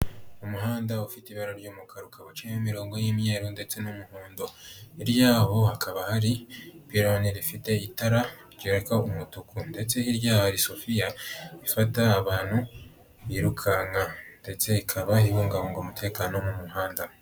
Umuhanda ufite ibara ry'umukara ukaba uciyemo imirongo y'imyero ndetse n'umuhondo, hirya yaho hakaba hari ipironi rifite itara ryaka umutuku ndetse hirya yaho hari sofiya ifata abantu birukanka ndetse ikaba ibungabunga umutekano wo mu muhanda.